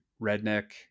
redneck